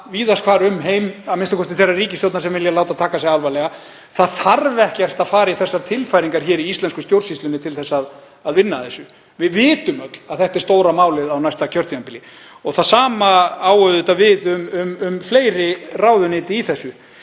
víðast hvar um heim, a.m.k. þeirra ríkisstjórna sem vilja láta taka sig alvarlega. Það þarf ekkert að fara í þessar tilfæringar í íslensku stjórnsýslunni til að vinna að þessu. Við vitum öll að þetta er stóra málið á næsta kjörtímabili. Það sama á auðvitað við um fleiri ráðuneyti í þessu.